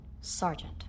Sergeant